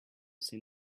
say